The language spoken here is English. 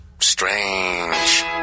strange